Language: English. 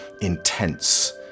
intense